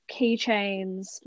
keychains